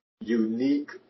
unique